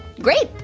great!